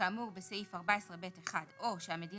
כאמור בתשלום הסדרי בסעיף 14(ב)(1) או שהמדינה